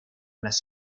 las